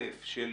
ראשית,